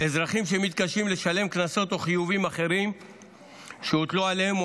אזרחים שמתקשים לשלם קנסות או חיובים אחרים שהוטלו עליהם,